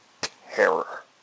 terror